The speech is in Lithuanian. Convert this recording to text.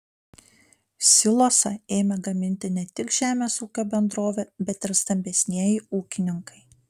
silosą ėmė gaminti ne tik žemės ūkio bendrovė bet ir stambesnieji ūkininkai